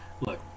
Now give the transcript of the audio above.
Look